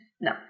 No